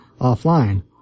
offline